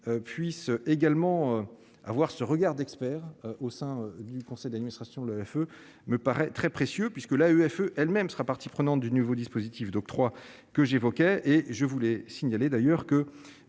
puissent également avoir ce regard d'expert au sein du conseil d'administration, le FE me paraît très précieux puisque la UFE elle-même sera partie prenante du nouveau dispositif d'octroi que j'évoquais et je voulais signaler d'ailleurs que